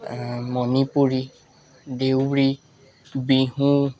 Manipuri Deori Bihu